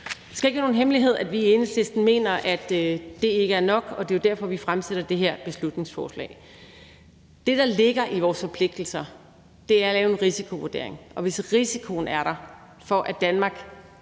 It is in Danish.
Det skal ikke være nogen hemmelighed, at vi i Enhedslisten mener, at det ikke er nok, og det er jo derfor, vi fremsætter det her beslutningsforslag. Det, der ligger i vores forpligtelser, er at lave en risikovurdering, og hvis risikoen er der for, at Danmark